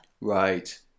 Right